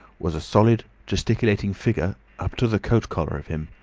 was a solid gesticulating figure up to the coat-collar of him,